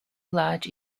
large